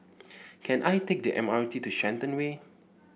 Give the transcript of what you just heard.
can I take the M R T to Shenton Way